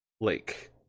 Lake